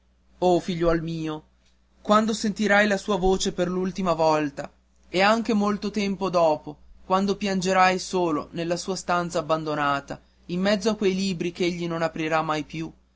lascio o figliuol mio quando sentirai la sua voce per l'ultima volta e anche molto tempo dopo quando piangerai solo nella sua stanza abbandonata in mezzo a quei libri ch'egli non aprirà mai più